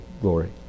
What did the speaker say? glory